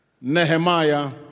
Nehemiah